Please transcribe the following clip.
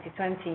2020